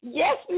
yes